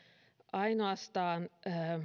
ainoastaan